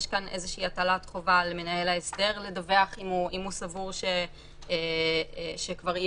יש כאן איזושהי הטלת חובה על מנהל ההסדר לדווח אם הוא סבור שכבר אי